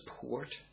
support